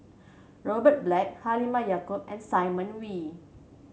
Robert Black Halimah Yacob and Simon Wee